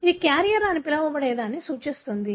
ఇది క్యారియర్ అని పిలవబడేదాన్ని సూచిస్తుంది